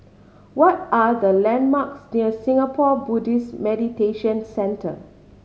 what are the landmarks near Singapore Buddhist Meditation Centre